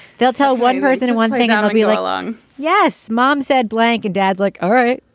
they'll tell one person one thing on a relay alone. yes, mom said blank dad, like. all right